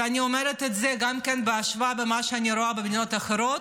ואני אומרת את זה גם בהשוואה למה שאני רואה במדינות אחרות,